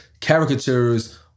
caricatures